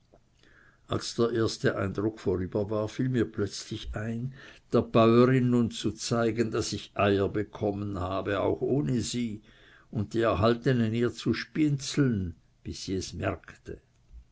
als der erste eindruck vorüber war fiel mir plötzlich ein der bäuerin nun zu zeigen daß ich eier bekommen auch ohne sie und die erhaltenen ihr zu spienzeln bis sie es merkte